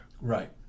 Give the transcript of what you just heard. right